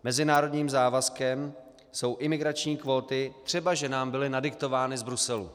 Mezinárodním závazkem jsou imigrační kvóty, třeba že nám byly nadiktovány z Bruselu.